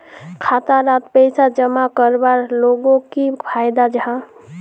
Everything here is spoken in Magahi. खाता डात पैसा जमा करवार लोगोक की फायदा जाहा?